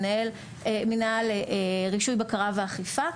מנהל מינהל רישוי בקרה ואכיפה,